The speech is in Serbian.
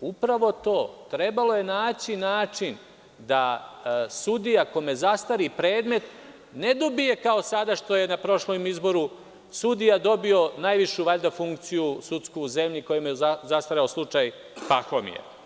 upravo to, trebalo je naći način da sudija kome zastari predmet ne dobije kao sada, što je na prošlom izboru sudija dobio najvišu sudsku funkciju kojom je zastareo slučaj Pahomije.